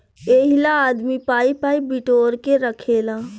एहिला आदमी पाइ पाइ बिटोर के रखेला